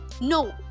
no